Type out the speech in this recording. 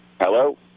Hello